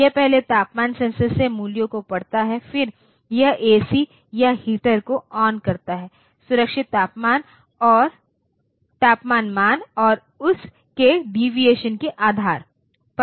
यह पहले तापमान सेंसर से मूल्यों को पढ़ता है फिर यह एसी या हीटर को ऑन करता है सुरक्षित तापमान मान और उस से डेविएशन के आधार पर